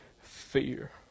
fear